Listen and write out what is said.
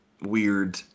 weird